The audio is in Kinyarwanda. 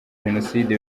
jenoside